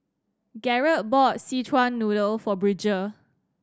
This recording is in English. Garret bought Szechuan Noodle for Bridger